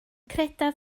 credaf